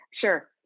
Sure